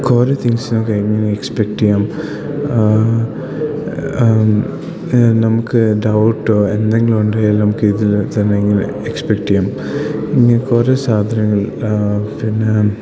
കുറേ തിങ്സിനൊക്കെ എങ്ങനെ എക്സ്പക്റ്റ് ചെയ്യാം ഇത് നമുക്ക് ഡൗട്ടോ എന്തെങ്കിലും ഉണ്ടായാൽ നമുക്ക് ഇതിൽ തന്നെ എങ്ങനെ എക്സ്പെക്റ്റ് ചെയ്യാം ഇങ്ങനെ കുറേ സാധനങ്ങൾ പിന്നെ